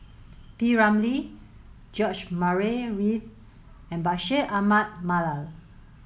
P Ramlee George Murray Reith and Bashir Ahmad Mallal